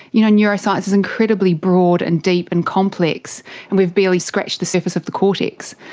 you know neuroscience is incredibly broad and deep and complex and we've barely scratched the surface of the cortex.